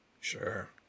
Sure